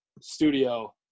studio